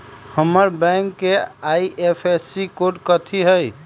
हमर बैंक के IFSC code कथि हई?